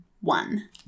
one